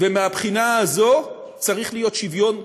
ומהבחינה הזו צריך להיות שוויון מלא.